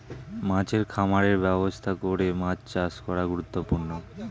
মাছের খামারের ব্যবস্থা করে মাছ চাষ করা গুরুত্বপূর্ণ